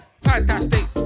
Fantastic